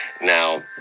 Now